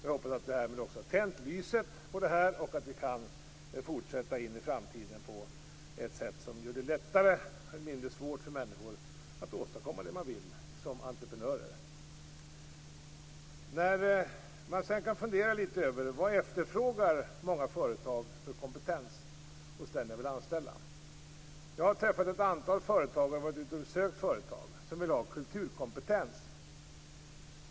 Jag hoppas att vi nu tänt lyset för detta, och att vi kan fortsätta in i framtiden på ett sätt som gör det mindre svårt för människor att åstadkomma det de vill som entreprenörer. Man kan fundera litet över vilken kompetens många företag efterfrågar hos dem de vill anställa. När jag har varit ute och besökt företag har jag träffat ett antal företagare som vill ha kulturkompetens.